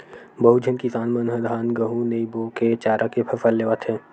बहुत झन किसान मन ह धान, गहूँ नइ बो के चारा के फसल लेवत हे